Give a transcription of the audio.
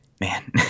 man